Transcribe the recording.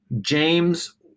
James